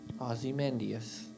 Ozymandias